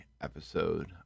episode